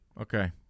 okay